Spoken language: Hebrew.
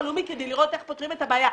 הלאומי כדי לראות איך פותרים את בעיה.